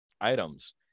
items